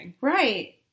Right